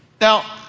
Now